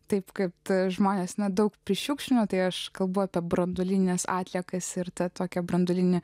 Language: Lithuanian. tai kad žmonės nedaug prišiukšlina tai aš kalbu apie branduolines atliekas ir ta tokia branduolinė